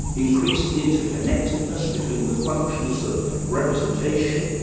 increased inter-connectedness between the functions of representation,